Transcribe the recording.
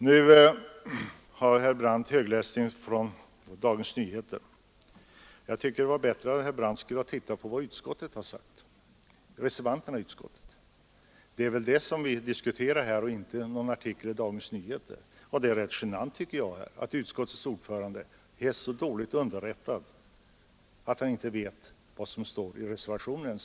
Nu har herr Brandt högläst ur Dagens Nyheter. Det hade varit bättre om herr Brandt tittat på vad reservanterna i utskottet har sagt. Det är väl det som vi diskuterar här och inte någon artikel i Dagens Nyheter. Jag tycker att det är rätt genant att utskottets ordförande är så dåligt underrättad att han inte ens vet vad som står i reservationen.